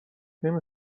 نمی